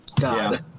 God